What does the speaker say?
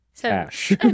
cash